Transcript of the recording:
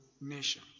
nation